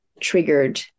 triggered